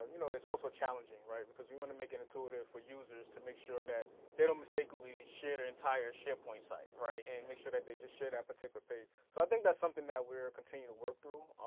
and you know, it's also challenging, right? because we want to make it intuitive for users to make sure that they don't mistakenly share their entire sharepoint site, right? and make sure that they just share that particular page. so i think that's something that we're continuing to work through.